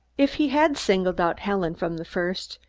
if he had singled out helen from the first,